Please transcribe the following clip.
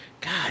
god